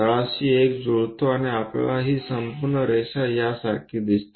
तळाशी एक जुळतो आणि आपल्याला ही संपूर्ण रेषा यासारखी दिसते